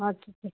ਅੱਛਾ ਜੀ